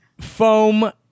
foam